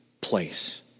place